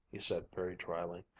he said very dryly.